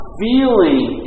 feeling